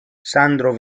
sandro